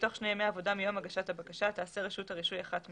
בתוך שני ימי עבודה מיום הגשת הבקשה תעשה רשות הרישוי אחת מאלה: